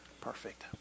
perfect